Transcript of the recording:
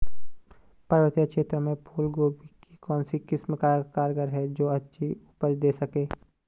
पर्वतीय क्षेत्रों में फूल गोभी की कौन सी किस्म कारगर है जो अच्छी उपज दें सके?